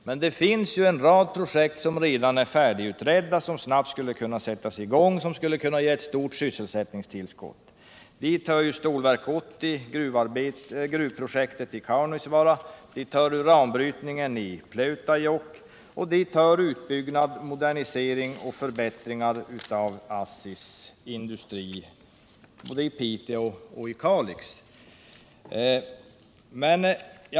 Men det finns ju en rad redan färdigutredda projekt som snabbt skulle kunna sättas i gång och ge ett stort sysselsättningstillskott. Dit hör Stålverk 80, gruvprojektet i Kaunisvaara, uranbrytningen i Pleutajokk och utbyggnad, modernisering och förbättringar av ASSI:s industrier både i Piteå och i Kalix.